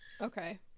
okay